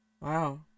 Wow